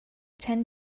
ten